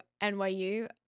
NYU